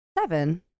Seven